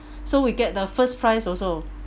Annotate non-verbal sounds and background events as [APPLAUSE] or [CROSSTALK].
[BREATH] so we get the first prize also